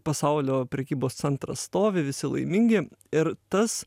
pasaulio prekybos centras stovi visi laimingi ir tas